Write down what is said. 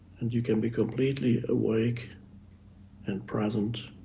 and you can be completely awake and present